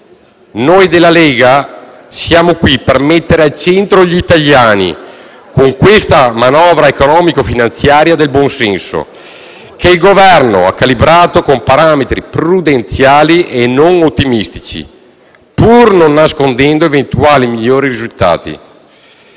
Noi della Lega siamo qui per mettere al centro gli italiani con questa manovra economico-finanziaria del buon senso che il Governo ha calibrato con parametri prudenziali e non ottimistici, pur non nascondendo eventuali migliori risultati.